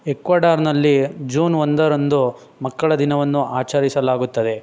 ಎಕ್ವಡಾರ್ನಲ್ಲಿ June ಒಂದರಂದು ಮಕ್ಕಳ ದಿನವನ್ನು ಆಚರಿಸಲಾಗುತ್ತದೆ